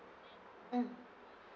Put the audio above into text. mm